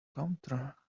counter